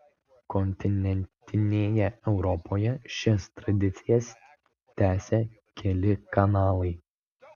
kontinentinėje europoje šias tradicijas tęsia keli kanalai